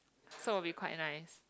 so will be quite nice